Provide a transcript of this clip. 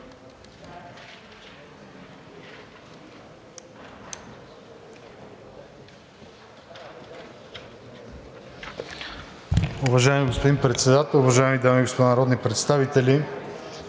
Уважаеми господин Председател, уважаеми колеги народни представители!